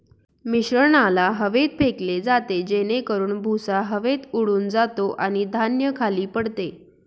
मिश्रणाला हवेत फेकले जाते जेणेकरून भुसा हवेत उडून जातो आणि धान्य खाली पडते